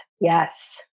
Yes